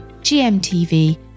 GMTV